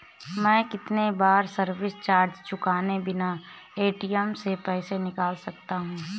मैं कितनी बार सर्विस चार्ज चुकाए बिना ए.टी.एम से पैसे निकाल सकता हूं?